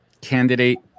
candidate